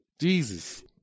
Jesus